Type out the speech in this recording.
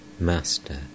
Master